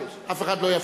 אף אחד לא יפריע.